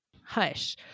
Hush